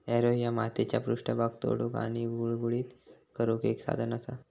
Harrow ह्या मातीचो पृष्ठभाग तोडुक आणि गुळगुळीत करुक एक साधन असा